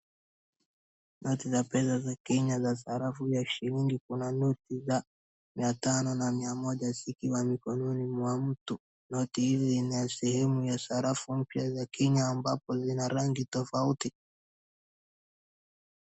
Noti za pesa za Kenya za sarafu ya shilingi. Kuna noti za mia tano na mia moja zikiwa mikononi mwa mtu. Noti hizi zina sehemu ya sarafu mpya za Kenya ambapo zina rangi tofauti.